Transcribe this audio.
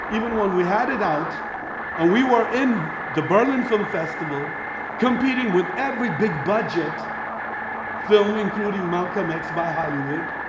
even when we had it out and we were in the berlin film festival competing with every big budget film including malcolm x by hollywood,